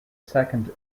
second